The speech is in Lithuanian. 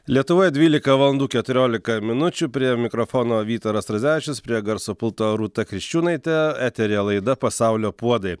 lietuvoje dvylika valandų keturiolika minučių prie mikrofono vytaras radzevičius prie garso pulto rūta krikščiūnaitė eteryje laida pasaulio puodai